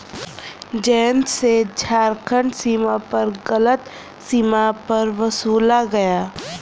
जयंत से झारखंड सीमा पर गलत सीमा कर वसूला गया